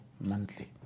monthly